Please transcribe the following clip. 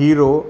hero